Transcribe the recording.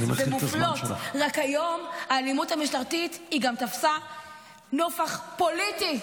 רק היום, האלימות המשטרתית גם תפסה נופך פוליטי.